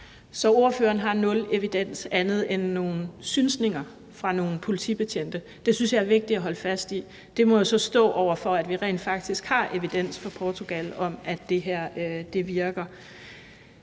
Så ordføreren har nul evidens bortset fra nogle synsninger fra nogle politibetjente. Det synes jeg er vigtigt at holde fast i. Det må jo så stå over for, at vi rent faktisk har evidens fra Portugal, der viser, at det her virker.